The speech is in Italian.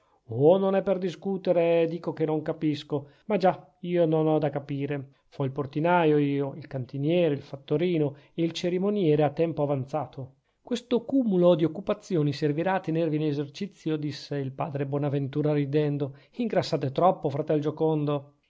oh non è per discutere dico che non capisco ma già io non ho da capire fo il portinaio io il cantiniere il fattorino e il cerimoniere a tempo avanzato questo cumulo di occupazioni servirà a tenervi in esercizio disse il padre bonaventura ridendo ingrassate troppo fratel giocondo